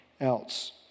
else